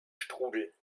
strudel